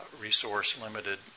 resource-limited